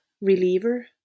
reliever